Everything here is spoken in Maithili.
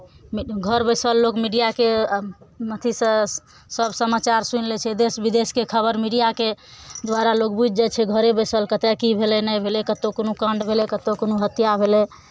मी घर बैसल लोक मीडियाके अथीसँ सभ समाचार सुनि लै छै देश विदेशके खबर मीडियाके द्वारा लोक बुझि जाइ छै घरे बैसल कतय की भेलै नहि भेलै कतहु कोनो काण्ड भेलै कतहु कोनो हत्या भेलै